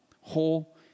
whole